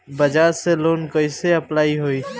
बजाज से लोन कईसे अप्लाई होई?